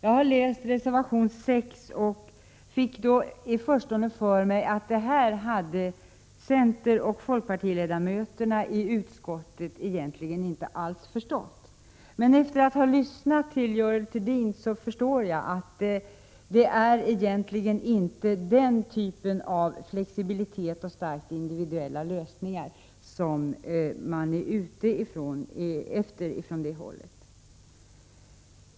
När jag läste reservation 6 fick jag i förstone för mig att centeroch folkpartiledamöterna i utskottet inte alls hade förstått det här. Men efter att ha lyssnat till Görel Thurdin förstår jag att det egentligen inte är den typen av flexibilitet och starkt individuella lösningar som man från det hållet är ute efter.